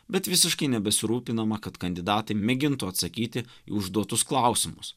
bet visiškai nebesirūpinama kad kandidatai mėgintų atsakyti į užduotus klausimus